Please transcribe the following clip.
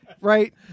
Right